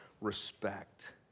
respect